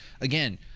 again